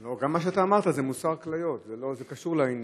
גם מה שאתה אמרת, זה מוסר כליות, זה קשור לעניין.